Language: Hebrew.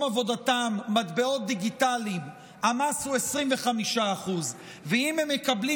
עבודתם מטבעות דיגיטליים המס הוא 25% ואם הם מקבלים